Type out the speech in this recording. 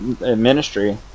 Ministry